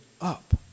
up